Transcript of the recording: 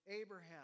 Abraham